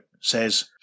says